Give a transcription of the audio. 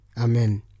Amen